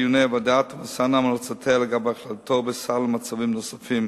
תימסרנה המלצותיה לגבי הכללתו בסל למצבים נוספים.